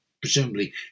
presumably